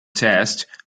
test